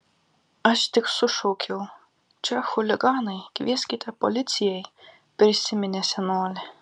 aš tik sušaukiau čia chuliganai kvieskite policijai prisiminė senolė